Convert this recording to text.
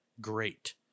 great